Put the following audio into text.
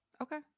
Okay